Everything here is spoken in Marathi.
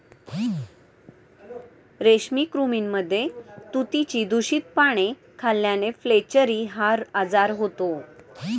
रेशमी कृमींमध्ये तुतीची दूषित पाने खाल्ल्याने फ्लेचेरी हा आजार होतो